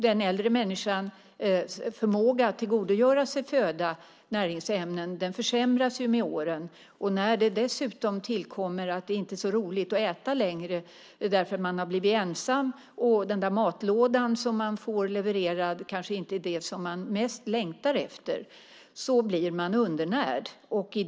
Den äldre människans förmåga att tillgodogöra sig föda och näringsämnen försämras med åren. Dessutom är det inte så roligt att äta längre på grund av att man har blivit ensam, och den matlåda som man får levererad kanske inte är det som man mest längtar efter. Då blir man undernärd.